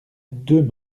deux